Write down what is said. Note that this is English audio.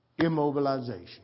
immobilization